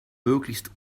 möglichst